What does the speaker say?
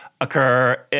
occur